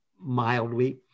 mildly